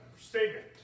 statement